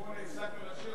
ב-1968 הפסקנו לשיר.